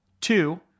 Two